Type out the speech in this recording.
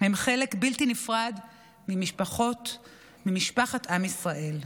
הם חלק בלתי נפרד ממשפחת עם ישראל.